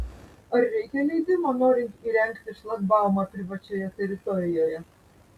ar reikia leidimo norint įrengti šlagbaumą privačioje teritorijoje